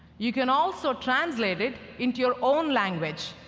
you can also translate it into your own language,